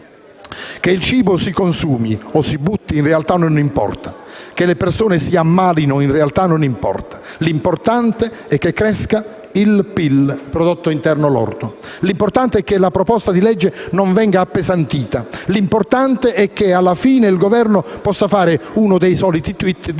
Che il cibo si consumi o si butti in realtà non importa, che le persone si ammalino in realtà non importa, l'importante è che cresca il PIL, il prodotto interno lordo. L'importante è che il disegno di legge non venga appesantito. L'importante è che il Governo possa fare uno dei soliti *tweet*